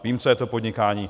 Vím, co je to podnikání.